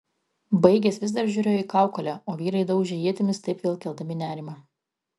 baigęs vis dar žiūrėjo į kaukolę o vyrai daužė ietimis taip vėl keldami nerimą